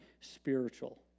spiritual